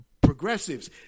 progressives